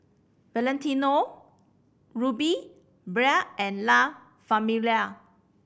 Valentino Rudy Bia and La Famiglia